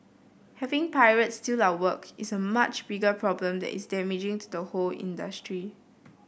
having pirates steal our work is a much bigger problem that is damaging to the whole industry